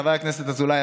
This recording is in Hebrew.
חבר הכנסת אזולאי,